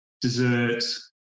desserts